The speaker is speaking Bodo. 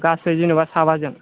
गासै जेनेबा साबाजों